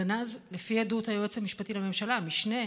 הגנז, לפי עדות היועץ המשפטי לממשלה, המשנה,